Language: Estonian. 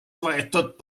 võetud